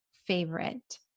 favorite